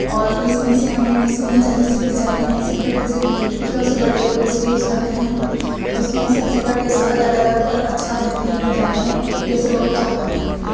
اور پیسنے سے ہمیں مکسی میں جلدی سے پس جاتے ہیں سل بٹے سے کچھ لوگ سل بٹے پیس کے یوز کرتے ہیں اس میں سبزی کا ٹیسٹ الگ الگ اور اچھا بہترین ہو جاتا ہے جیسے لوگ چاہتے ہیں